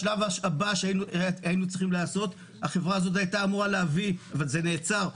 השלב הבא שהיינו צריכים לעשות, אבל הוא נעצר,